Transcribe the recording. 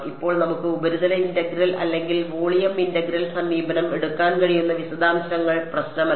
ഇപ്പോൾ നമുക്ക് ഉപരിതല ഇന്റഗ്രൽ അല്ലെങ്കിൽ വോളിയം ഇന്റഗ്രൽ സമീപനം എടുക്കാൻ കഴിയുന്ന വിശദാംശങ്ങൾ പ്രശ്നമല്ല